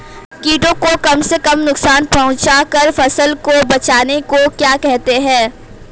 कीटों को कम से कम नुकसान पहुंचा कर फसल को बचाने को क्या कहते हैं?